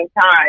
time